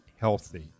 healthy